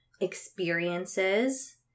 experiences